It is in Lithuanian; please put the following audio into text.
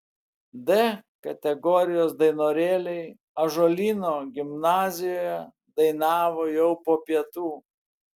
d kategorijos dainorėliai ąžuolyno gimnazijoje dainavo jau po pietų